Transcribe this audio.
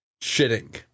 shitting